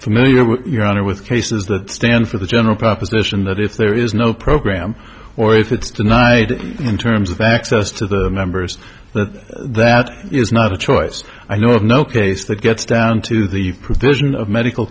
familiar with your own or with cases that stand for the general proposition that if there is no program or if it's denied in terms of access to the members that that is not a choice i know of no case that gets down to the